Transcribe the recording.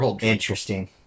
interesting